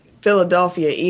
Philadelphia